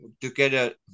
together